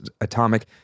Atomic